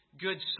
good